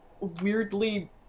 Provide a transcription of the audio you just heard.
weirdly